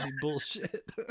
bullshit